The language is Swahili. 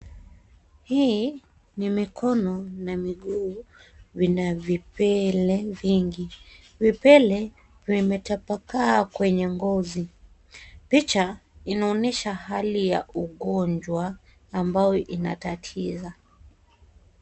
Hii ni mikono na miguu vina vipele vingi. Vipele vimetapakaa kwenye ngozi. Picha inaonyesha hali ya ugonjwa ambao inatatiza.